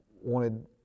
wanted